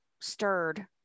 stirred